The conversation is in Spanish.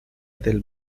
del